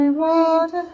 water